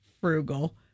Frugal